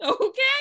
okay